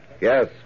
Yes